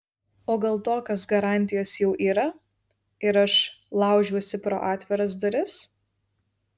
o gal tokios garantijos jau yra ir aš laužiuosi pro atviras duris